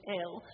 ill